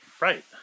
Right